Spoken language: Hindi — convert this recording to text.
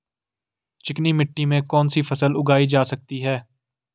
चिकनी मिट्टी में कौन सी फसल उगाई जा सकती है?